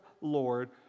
Lord